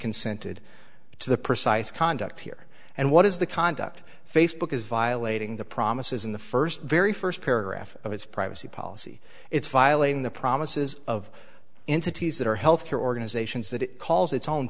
consented to the precise conduct here and what is the conduct facebook is violating the promises in the first very first paragraph of its privacy policy it's violating the promises of into teas that are health care organizations that it calls its own